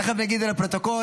התשפ"ד 2024,